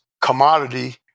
commodity